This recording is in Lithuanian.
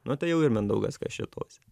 nu tai jau ir mindaugas kašėtose